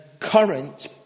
current